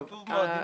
אין הבדל.